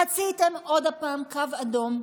חציתם שוב קו אדום: